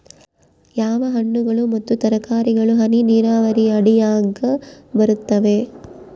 ಯಾವ ಹಣ್ಣುಗಳು ಮತ್ತು ತರಕಾರಿಗಳು ಹನಿ ನೇರಾವರಿ ಅಡಿಯಾಗ ಬರುತ್ತವೆ?